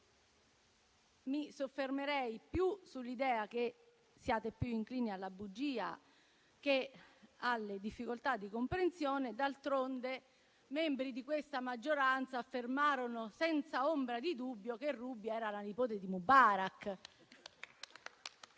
Mi soffermerei più sull'idea che siate più inclini alla bugia che alle difficoltà di comprensione. D'altronde membri di questa maggioranza affermarono senza ombra di dubbio che Ruby era la nipote di Mubarak.